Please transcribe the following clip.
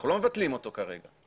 אנחנו לא מבטלים אותו כרגע,